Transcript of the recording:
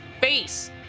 face